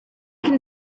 can